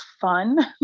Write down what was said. fun